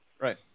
Right